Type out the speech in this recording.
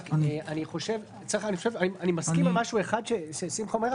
אני מסכים עם משהו אחד ששמחה אומר,